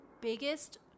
biggest